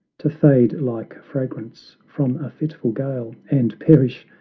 to fade like fragrance from a fitful gale, and perish? ah,